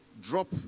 drop